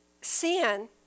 Sin